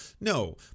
No